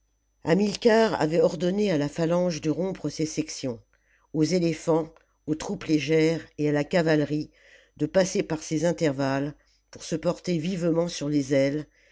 hamilcar avait ordonné à la phalange de rompre ses sections aux éléphants aux troupes légères et à la cavalerie de passer par ces intervalles pour se porter vivement sur les ailes